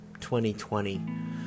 2020